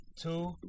two